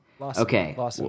Okay